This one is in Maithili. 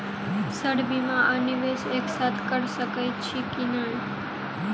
सर बीमा आ निवेश एक साथ करऽ सकै छी की न ई?